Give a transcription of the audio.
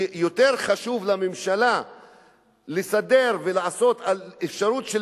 שיותר חשוב לממשלה לסדר ולעשות אפשרות של